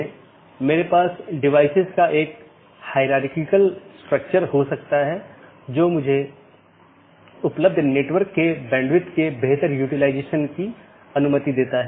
इसलिए दूरस्थ सहकर्मी से जुड़ी राउटिंग टेबल प्रविष्टियाँ अंत में अवैध घोषित करके अन्य साथियों को सूचित किया जाता है